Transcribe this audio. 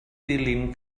ddilyn